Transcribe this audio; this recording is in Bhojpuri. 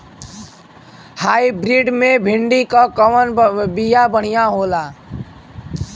हाइब्रिड मे भिंडी क कवन बिया बढ़ियां होला?